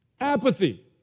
apathy